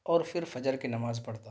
اور پھر فجر کی نماز پڑھتا ہوں